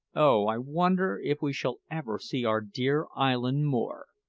oh, i wonder if we shall ever see our dear island more!